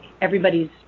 everybody's